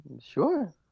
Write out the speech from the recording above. sure